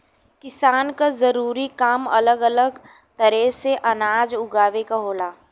किसान क जरूरी काम अलग अलग तरे से अनाज उगावे क होला